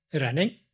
running